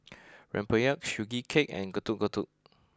Rempeyek Sugee Cake and Getuk Getuk